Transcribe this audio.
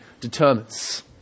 determines